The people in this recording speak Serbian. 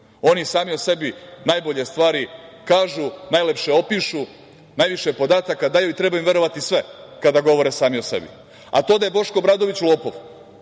Oni sami o sebi najbolje stvari kažu, najlepše opišu, najviše podataka daju i treba im verovati sve kada govore sami o sebi. To da je Boško Obradović lopov,